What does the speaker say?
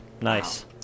Nice